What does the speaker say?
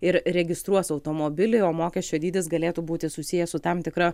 ir registruos automobilį o mokesčio dydis galėtų būti susijęs su tam tikra